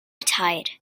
tied